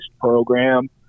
program